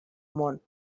món